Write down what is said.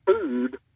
food